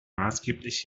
maßgeblich